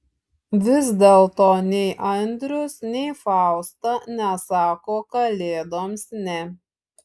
vis dėlto nei andrius nei fausta nesako kalėdoms ne